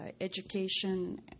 education